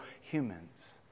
humans